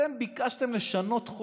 שאתם ביקשתם לשנות את